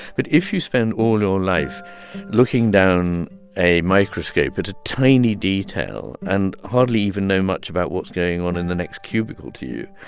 but if you spend all your life looking down a microscope at a tiny detail and hardly even know much about what's going on in the next cubicle to you,